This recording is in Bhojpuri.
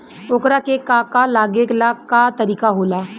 ओकरा के का का लागे ला का तरीका होला?